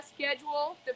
schedule